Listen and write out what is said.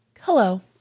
Hello